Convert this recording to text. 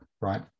right